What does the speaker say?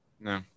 No